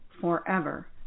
forever